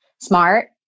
smart